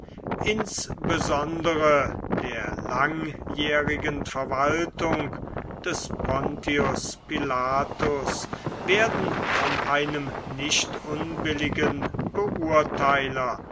insbesondere der langjährigen verwaltung des pontius pilatus werden von einem nicht unbilligen beurteiler